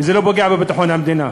וזה לא פוגע בביטחון המדינה.